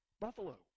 Buffalo